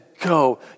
go